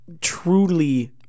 truly